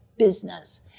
business